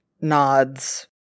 nods